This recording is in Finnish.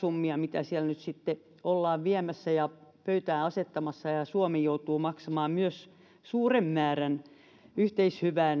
rahasummia mitä siellä nyt ollaan viemässä ja pöytään asettamassa ja suomi joutuu maksamaan myös suuren määrän yhteishyvää